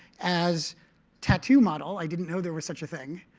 as tattoo model. i didn't know there was such a thing.